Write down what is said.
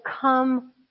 come